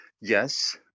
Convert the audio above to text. Yes